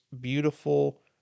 beautiful